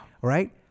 Right